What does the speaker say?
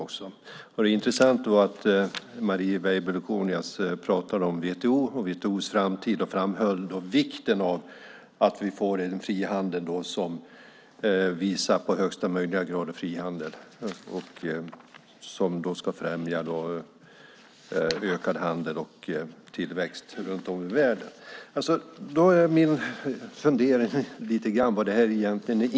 Det är intressant att Marie Weibull Kornias pratade om WTO och WTO:s framtid och framhöll vikten av att vi får en frihandel som visar högsta möjliga grad av frihandel som ska främja ökad handel och tillväxt runt om i världen. Vad innebär det egentligen?